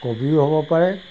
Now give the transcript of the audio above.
কবিও হ'ব পাৰে